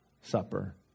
supper